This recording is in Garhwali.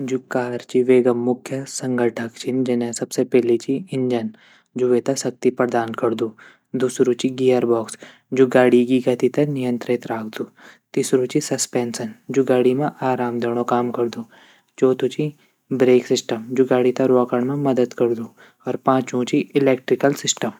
जू कार ची वेगा मुख्य संघटक छीन जने सबसे पैली ची इंजन जू वेता शक्ति प्रदान करदू दूसरू ची गियर बॉक्स जू गाड़ी गी गति त नियंत्रित राखदू तीसरू ची सस्पेंशन जू गाड़ी म आराम दयोणों काम करदू चौथू ची ब्रेक सिस्टम जू गाड़ी त रवोकण म मदद करदू और पाँचवु ची इलेक्ट्रिकल सिस्टम।